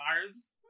arms